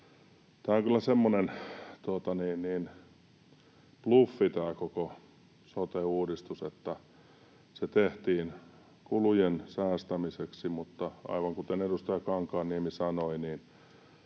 Tämä on kyllä semmoinen bluffi, tämä koko sote-uudistus, että se tehtiin kulujen säästämiseksi mutta — aivan kuten edustaja Kankaanniemi sanoi —